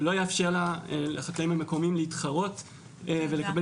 זה לא יאפשר לחקלאים המקומיים להתחרות ולקבל